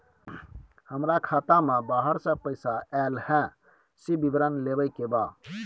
हमरा खाता में बाहर से पैसा ऐल है, से विवरण लेबे के बा?